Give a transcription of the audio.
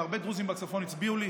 והרבה דרוזים בצפון הצביעו לי.